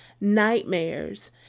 nightmares